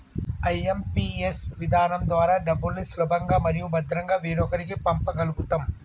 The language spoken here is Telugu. ఐ.ఎం.పీ.ఎస్ విధానం ద్వారా డబ్బుల్ని సులభంగా మరియు భద్రంగా వేరొకరికి పంప గల్గుతం